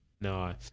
No